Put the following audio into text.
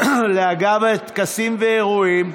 לאגף טקסים ואירועים,